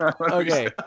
Okay